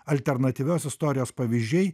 alternatyvios istorijos pavyzdžiai